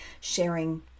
sharing